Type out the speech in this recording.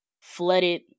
flooded